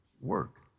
work